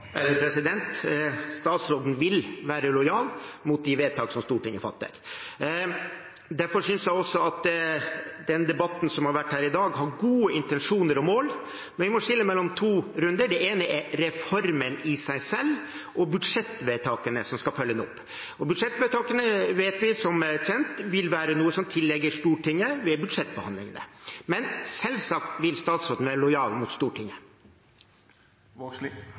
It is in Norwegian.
Statsråden vil være lojal mot de vedtakene som Stortinget fatter. Derfor synes jeg også at den debatten som har vært her i dag, har gode intensjoner og mål, men vi må skille mellom to runder: Det ene er reformen i seg selv, og det andre er budsjettvedtakene som skal følge den opp. Budsjettvedtak vet vi er noe som tilligger Stortinget å fatte ved budsjettbehandlingene. Men selvsagt vil statsråden være lojal mot